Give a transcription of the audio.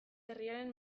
herriaren